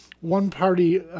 one-party